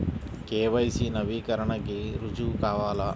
KYC నవీకరణకి రుజువు కావాలా?